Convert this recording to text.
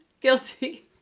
guilty